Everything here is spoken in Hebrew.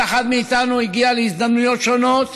כל אחד מאיתנו הגיע להזדמנויות שונות,